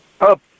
up